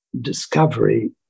discovery